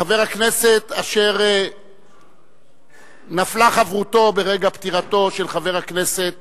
חבר הכנסת אשר נפלה חברותו ברגע פטירתו של חבר הכנסת